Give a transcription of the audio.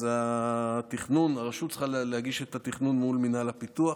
אז הרשות צריכה להגיש את התכנון מול מנהל הפיתוח.